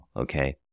okay